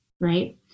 right